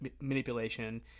manipulation